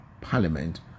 parliament